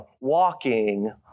walking